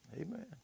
Amen